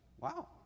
wow